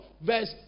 verse